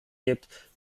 gibt